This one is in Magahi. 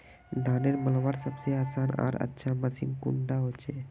धानेर मलवार सबसे आसान आर अच्छा मशीन कुन डा होचए?